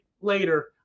later